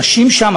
הנשים שם,